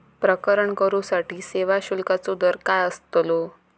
प्रकरण करूसाठी सेवा शुल्काचो दर काय अस्तलो?